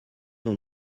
dans